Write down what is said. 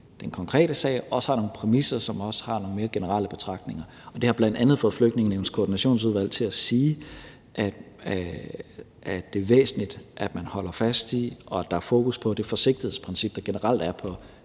den konkrete sag også har nogle præmisser, som bygger på nogle mere generelle betragtninger. Det har bl.a. fået Flygtningenævnets koordinationsudvalg til at sige, at det er væsentligt, at man holder fast i og at der er fokus på det forsigtighedsprincip, der generelt er på